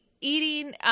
eating –